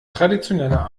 traditioneller